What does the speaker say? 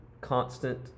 constant